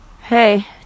Hey